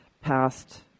passed